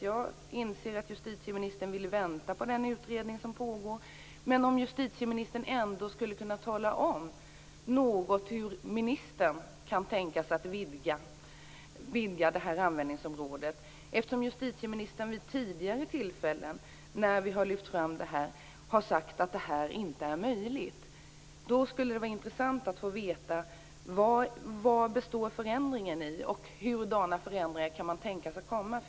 Jag inser att justitieministern vill vänta på den utredning som pågår, men kan justitieministern säga något om hur ministern kan tänka sig att vidga användningsområdet? Justitieministern har vid tidigare tillfällen när vi har lyft fram det här sagt att detta inte är möjligt. Det skulle vara intressant att få veta vari förändringen består och hurdana förändringar som kan tänkas komma.